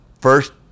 first